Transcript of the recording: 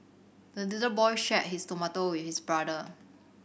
the little boy shared his tomato with his brother